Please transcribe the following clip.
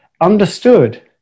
understood